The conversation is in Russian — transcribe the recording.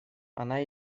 она